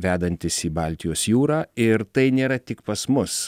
vedantis į baltijos jūrą ir tai nėra tik pas mus